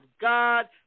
God